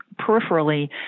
peripherally